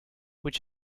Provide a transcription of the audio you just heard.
which